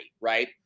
right